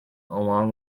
along